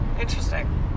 Interesting